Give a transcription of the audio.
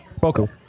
Boku